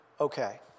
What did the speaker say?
okay